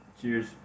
Cheers